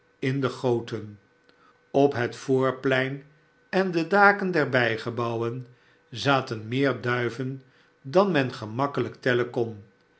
in de op het voorplein en de daken der bijgebouwen zaten meer du ven dan men gemakkelijk tellen kon